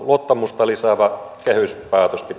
luottamusta lisäävä kehyspäätös